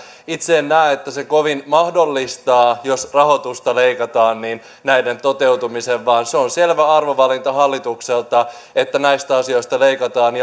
itse en näe että se kovin mahdollistaa jos rahoitusta leikataan näiden toteutumisen vaan se on selvä arvovalinta hallitukselta että näistä asioista leikataan